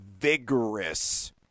vigorous